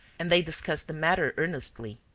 and they discussed the matter earnestly.